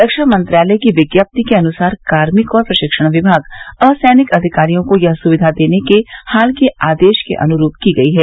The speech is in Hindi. रक्षा मंत्रालय की विज्ञप्ति के अनुसार कार्मिक और प्रशिक्षण विभाग असैनिक अधिकारियों को यह सुविधा देने के हाल के आदेश के अनुरूप की गई है